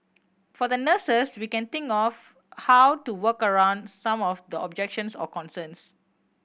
for the nurses we can think of how to work around some of the objections or concerns